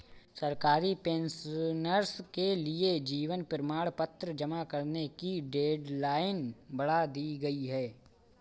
सरकारी पेंशनर्स के लिए जीवन प्रमाण पत्र जमा करने की डेडलाइन बढ़ा दी गई है